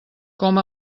com